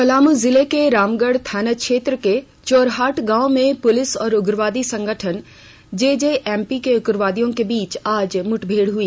पलामू जिले के रामगढ़ थाना क्षेत्र के चोरहट गांव में पुलिस और उग्रवादी संगठन जेजेएमपी के उग्रवादियों के बीच आज मुठभेड़ हुई